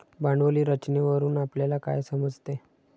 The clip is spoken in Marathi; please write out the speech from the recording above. भांडवली संरचनेवरून आपल्याला काय समजते?